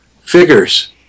figures